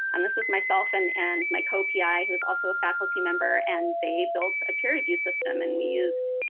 um this was myself and and my co-pi, who is also a faculty member. and they built a peer review system. and we used